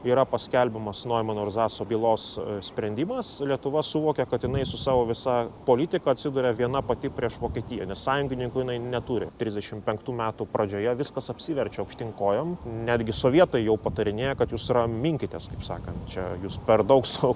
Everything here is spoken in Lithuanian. yra paskelbiamas noimano ir zaso bylos sprendimas lietuva suvokia kad jinai su savo visa politika atsiduria viena pati prieš vokietiją nes sąjungininkų jinai neturi trisdešimt penktų metų pradžioje viskas apsiverčia aukštyn kojom netgi sovietai jau patarinėja kad jūs raminkitės kaip sakant čia jūs per daug sau